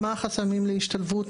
מה החסמים להשתלבות,